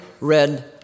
red